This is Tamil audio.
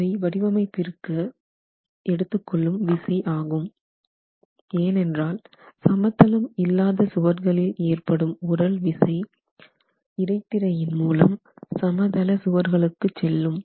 இவை வடிவமைப்பிற்கு எடுத்து கொள்ளும் விசை ஆகும் ஏனென்றால் சமதளம் இல்லாத சுவர்களில் ஏற்படும் உறழ் விசை இடைத்திரையின் மூலம் சமதள சுவர்களுக்கு செல்லும்